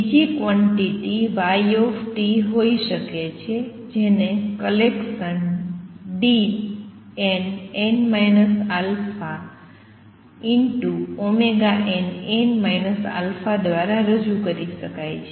બીજી quantity y હોઈ શકે છે જેને કલેકસન Dnn α nn α દ્વારા રજૂ કરી શકાય છે